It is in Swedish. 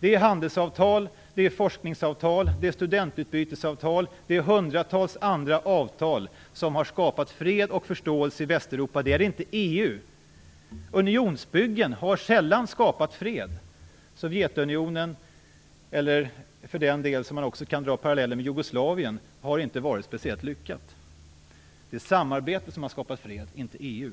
Det är handelsavtal, forskningsavtal, studentutbytesavtal och hundratals andra avtal som har skapat fred och förståelse i Västeuropa och inte EU. Unionsbyggen har sällan skapat fred. Sovjetunionen - eller man kan för den delen dra parallellen med Jugoslavien - har inte varit speciellt lyckat. Det är samarbetet som har skapat fred, inte EU.